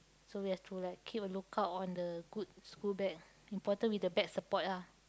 so just throw like keep a look out on the good schoolbag important with the back support ah